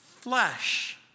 flesh